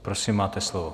Prosím, máte slovo.